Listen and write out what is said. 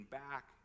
back